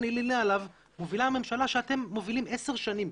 הלינה עליו מובילה הממשלה שאתם מובילים 10 שנים,